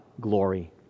glory